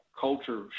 culture